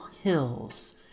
hills